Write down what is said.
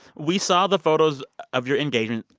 we saw the photos of your engagement,